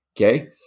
okay